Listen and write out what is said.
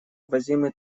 ввозимые